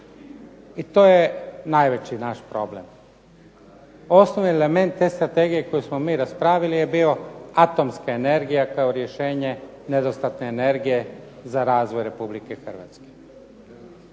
i to je najveći naš problem. Osnovni element te strategije koju smo mi raspravili je bio atomska energija kao rješenje nedostatne energije za razvoj Republike Hrvatske.